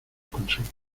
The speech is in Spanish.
conseguirlo